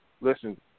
listen